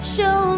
Show